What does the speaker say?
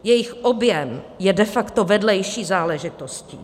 Jejich objem je de facto vedlejší záležitostí.